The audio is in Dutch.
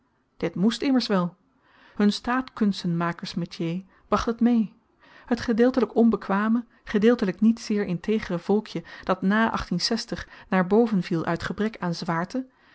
dit moest immers wel hun staatkunstenmakersmétier bracht het mee het gedeeltelyk onbekwame gedeeltelyk niet zeer intègre volkje dat na naar boven viel uit gebrek aan zwaarte